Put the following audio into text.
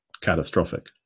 catastrophic